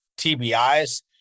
TBIs